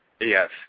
Yes